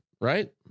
right